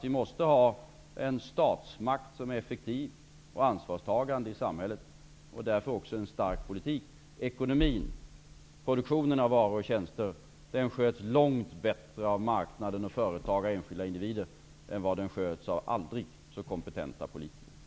Vi måste ha en effektiv och ansvarstagande statsmakt, och därför också en stark politik. Ekonomin -- produktionen av varor och tjänster -- sköts långt bättre av marknaden, företagare och enskilda individer än av aldrig så kompetenta politiker.